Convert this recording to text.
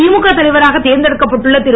திமுக தலைவராக தேர்ந்தெடுக்கப்பட்டுள்ள திரு